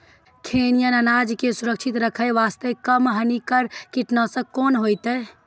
खैहियन अनाज के सुरक्षित रखे बास्ते, कम हानिकर कीटनासक कोंन होइतै?